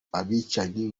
abicanyi